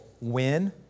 win